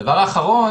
דבר אחרון